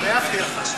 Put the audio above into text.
אני תמיד מקשיבה.